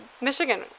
michigan